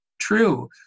true